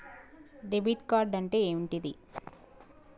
Debit card అంటే ఏంటిది?